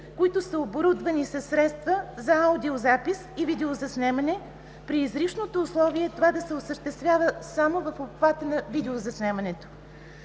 оборудвани със средства за аудиозапис и видеозаснемане, при изрично условие това да се осъществява само в обхвата на видеозаснемането.